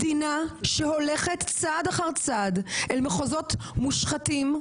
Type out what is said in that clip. מדינה שהולכת צעד אחר צעד אל מחוזות מושחתים,